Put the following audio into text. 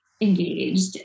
engaged